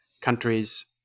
countries